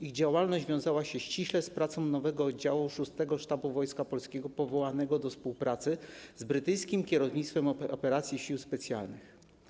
Ich działalność wiązała się ściśle z pracą nowego Oddziału VI Sztabu Naczelnego Wodza, powołanego do współpracy z brytyjskim Kierownictwem Operacji Sił Specjalnych.